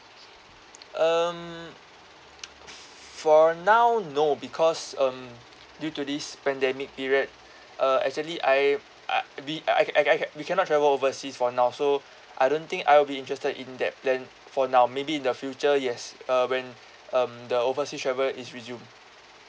um for now no because um due to this pandemic period uh actually I uh we I I I can't we cannot travel overseas for now so I don't think I will be interested in that plan for now maybe in the future yes uh when um the overseas travel is resume